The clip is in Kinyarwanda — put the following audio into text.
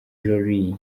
jolly